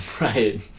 right